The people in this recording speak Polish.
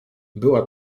była